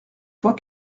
fois